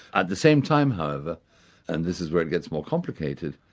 at the same time however and this is where it gets more complicated,